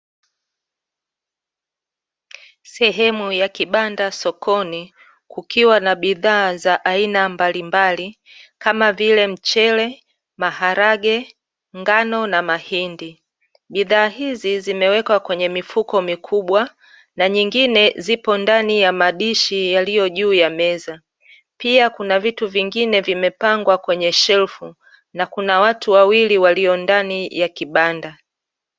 Sehemu ya kibanda sokoni kukiwa na bidhaa za aina mbalimbali kama vile mchele, maharage, ngano na mahindi. Bidhaa hizi zimewekwa kwenye mifuko mikubwa na nyingine zipo ndani ya madishi yaliyo juu ya meza. Pia kuna vitu vingine vimepangwa kwenye shelfu na kuna watu wawili walio ndani ya kibanda.